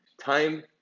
Time